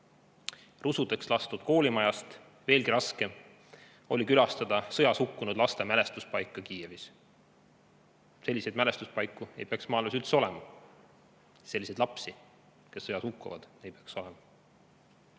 Rusudeks lastud koolimajast veelgi raskem oli külastada sõjas hukkunud laste mälestuspaika Kiievis. Selliseid mälestuspaiku ei peaks maailmas üldse olema. Selliseid lapsi, kes sõjas hukkuvad, ei peaks olema.